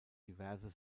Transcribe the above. diverse